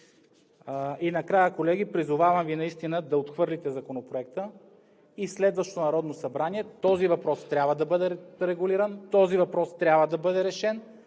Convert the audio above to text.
И накрая, колеги, наистина Ви призовавам да отхвърлите Законопроекта. В следващото Народно събрание този въпрос трябва да бъде регулиран, този въпрос трябва да бъде решен!